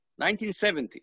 1970